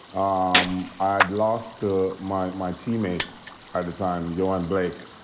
um i had lost to my my teammate at the time, yohan blake.